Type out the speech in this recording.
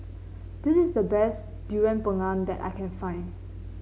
this is the best Durian Pengat that I can find